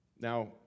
Now